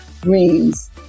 Greens